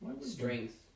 Strength